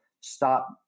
stop